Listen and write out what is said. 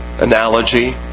analogy